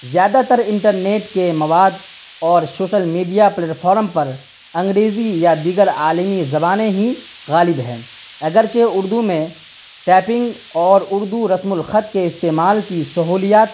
زیادہ تر internet کے مواد اور شوشل میڈیا پلیٹفارم پر انگریزی یا دیگرعالمی زبانیں ہی غالب ہیں اگرچہ اردو میں ٹائپنگ اور اردو رسم الخط کے استعمال کی سہولیت